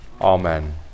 Amen